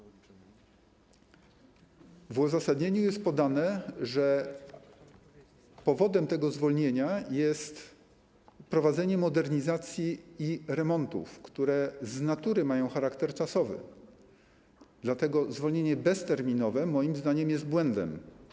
W uzasadnieniu jest podane, że powodem tego zwolnienia jest prowadzenie modernizacji i remontów, które z natury mają charakter czasowy, dlatego zwolnienie bezterminowe moim zdaniem jest błędem.